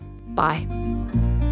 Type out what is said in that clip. Bye